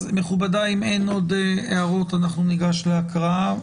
מכובדיי, אם אין עוד הערות אנחנו ניגש להקראה.